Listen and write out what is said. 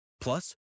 plus